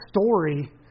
story